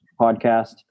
podcast